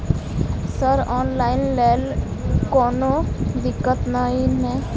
Sir online लैल कोनो दिक्कत न ई नै?